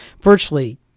virtually